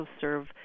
serve